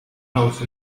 house